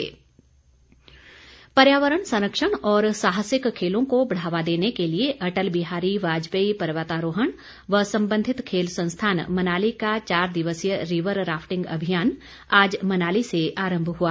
rafting पर्यावरण संरक्षण और साहसिक खेलों को बढ़ावा देने के लिए अटल बिहारी वाजपेयी पर्वतारोहण व संबंधित खेल संस्थान मनाली का चार दिवसीय रीवर राफिटंग अभियान आज मनाली से आरंभ हुआ